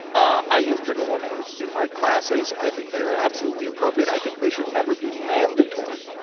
ah i use trigger warnings in my classes. i think they are absolutely appropriate. i think they should never be mandatory.